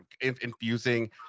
infusing